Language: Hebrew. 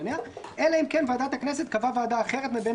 אלא אם כן ועדת הכנסת קבעה ועדה אחרת מבין